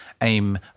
aim